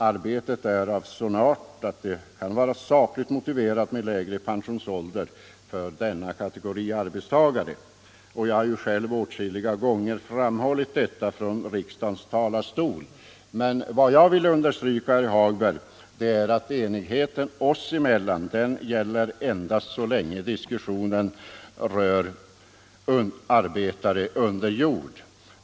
Arbetet är av sådan art att det kan vara sakligt motiverat med lägre pensionsålder för denna kategori arbetstagare, och jag har ju själv åtskilliga gånger framhållit detta från riksdagens talarstol. Men vad jag vill understryka, herr Hagberg, är att enigheten oss emellan gäller endast så länge diskussionen rör arbetare under jord.